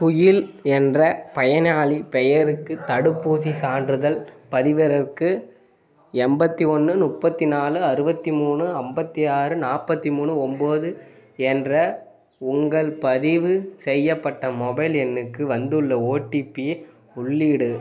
குயில் என்ற பயனாளி பெயருக்கு தடுப்பூசி சான்றிதழ் பதிவிறக்கு எண்பத்தி ஒன்று முப்பத்தி நாலு அறுபத்தி மூணு ஐம்பத்தி ஆறு நாற்பத்தி மூணு ஒன்பது என்ற உங்கள் பதிவு செய்யப்பட்ட மொபைல் எண்ணுக்கு வந்துள்ள ஓடிபி உள்ளிடு